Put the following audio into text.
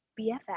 BFF